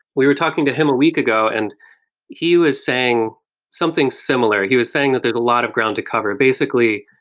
we were talking to him a week ago and he was saying something similar. he was saying that there's a lot of ground to cover. basically,